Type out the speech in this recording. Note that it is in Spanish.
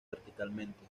verticalmente